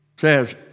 says